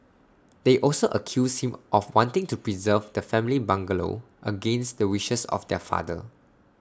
they also accused him of wanting to preserve the family's bungalow against the wishes of their father